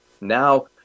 Now